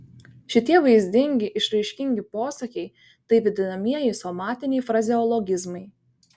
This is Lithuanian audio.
šitie vaizdingi išraiškingi posakiai tai vadinamieji somatiniai frazeologizmai